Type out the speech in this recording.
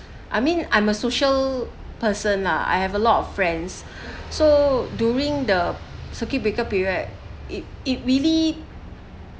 I mean I'm a social person lah I have a lot of friends so during the circuit breaker period it it really